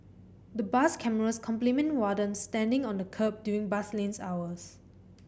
the bus cameras complement wardens standing on the kerb during bus lanes hours